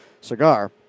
cigar